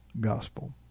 gospel